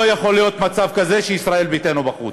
לא יכול להיות מצב כזה שישראל ביתנו בחוץ.